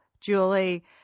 Julie